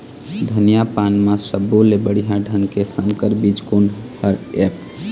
धनिया पान म सब्बो ले बढ़िया ढंग के संकर बीज कोन हर ऐप?